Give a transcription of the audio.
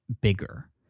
bigger